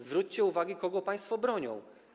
Zwróćcie uwagę, kogo państwo bronią.